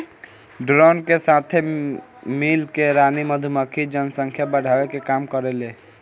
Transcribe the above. drone के साथे मिल के रानी मधुमक्खी जनसंख्या बढ़ावे के काम करेले